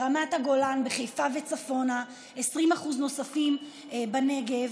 ברמת הגולן, בחיפה וצפונה, 20% נוספים בנגב.